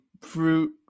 fruit